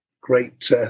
great